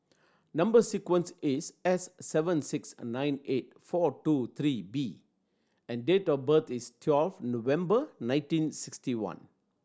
number sequence is S seven six nine eight four two three B and date of birth is twelve November nineteen sixty one